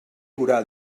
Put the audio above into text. haurà